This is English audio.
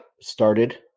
started